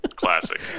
classic